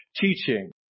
teaching